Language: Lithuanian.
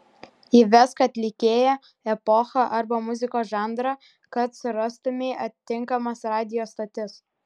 įvesk atlikėją epochą arba muzikos žanrą kad surastumei atitinkamas radijo stotis